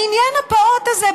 העניין הפעוט הזה,